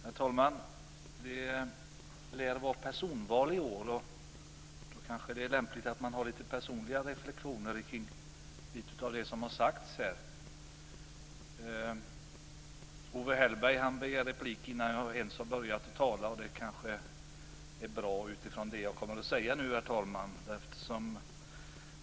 Herr talman! Det skall i år kunna göras personval, och det är kanske då lämpligt att göra några personliga reflexioner kring det som här har sagts. Owe Hellberg begär replik redan innan jag ens har börjat tala, och det är kanske lika bra med tanke på det som jag nu kommer att säga.